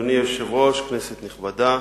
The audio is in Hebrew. אדוני היושב-ראש, כנסת נכבדה,